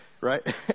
Right